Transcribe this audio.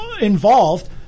involved